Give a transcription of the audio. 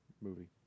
movie